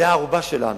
זו הערובה שלנו.